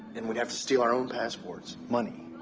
and we'd have to steal our own passports. money?